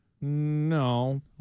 No